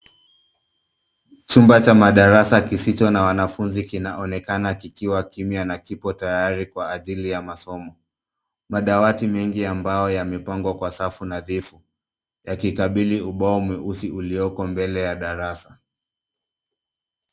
Chumba cha mabarasa kisicho na wanafunzi kinaonekana kikiwa kimya na kiko tayari kwa ajil ya masomo. Madawati ambao yemepangwa kwa safu nadhifu yakikabili ubao mweusi ulioko mbele ya darasa.